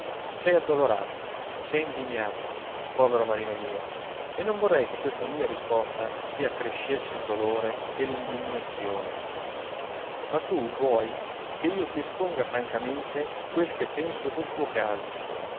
sei addolorato sei indignato povero marino mio e non vorrei che questa mia risposta ti accrescesse il dolore e l'indignazione ma tu vuoi che io ti esponga francamente quel che penso del tuo caso